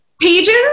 pages